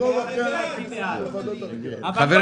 גם על זה אני בעד --- חברים,